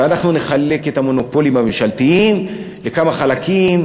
ואנחנו נחלק את המונופולים הממשלתיים לכמה חלקים,